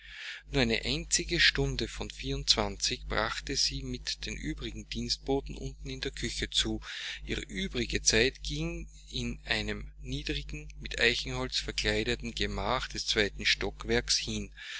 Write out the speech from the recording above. eine einzige stunde von vierundzwanzig brachte sie mit den übrigen dienstboten unten in der küche zu ihre übrige zeit ging in einem niedrigen mit eichenholz verkleideten gemache des zweiten stockwerks hin